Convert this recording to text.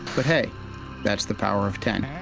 but, hey that's the power of ten.